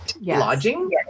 lodging